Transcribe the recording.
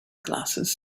glasses